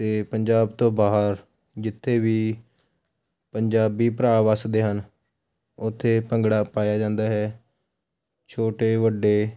ਅਤੇ ਪੰਜਾਬ ਤੋਂ ਬਾਹਰ ਜਿੱਥੇ ਵੀ ਪੰਜਾਬੀ ਭਰਾ ਵੱਸਦੇ ਹਨ ਉੱਥੇ ਭੰਗੜਾ ਪਾਇਆ ਜਾਂਦਾ ਹੈ ਛੋਟੇ ਵੱਡੇ